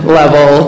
level